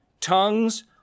tongues